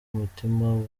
umutima